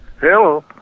Hello